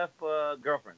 girlfriend